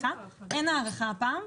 אין הארכה הפעם.